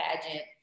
pageant